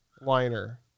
Liner